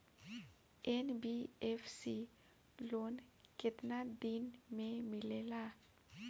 NBFC loan केतना दिन मे मिलेला?